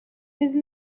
these